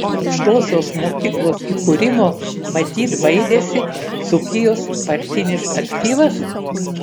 aukštosios mokyklos įkūrimo matyt baidėsi dzūkijos partinis aktyvas